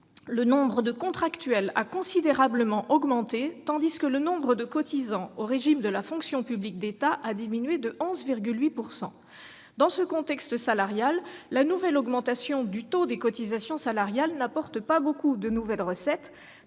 le nombre de contractuels a considérablement augmenté, tandis que le nombre de cotisants au régime de la fonction publique d'État a diminué de 11,8 %. Dans ce contexte salarial, la nouvelle augmentation du taux des cotisations salariales n'apporte pas beaucoup de nouvelles recettes,